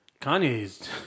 Kanye's